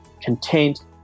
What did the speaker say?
content